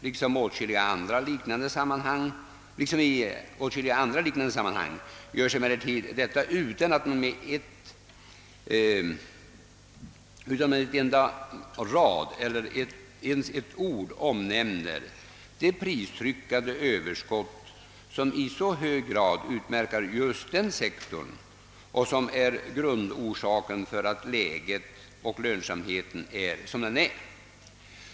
Liksom i åtskilliga andra liknande sammanhang görs emellertid detta utan att man med en enda rad eller ens ett ord omnämner de pristryckande överskott, som i så hög grad utmärker just den sektorn och som är grundorsaken till att läget och lönsamheten är som den är.